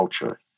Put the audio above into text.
culture